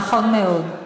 נכון מאוד.